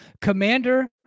Commander